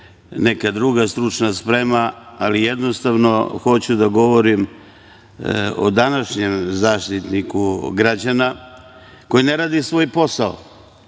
neka druga stručna sprema, ali jednostavno hoću da govorim o današnjem Zaštitniku građana koji ne radi svoj posao.